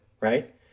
right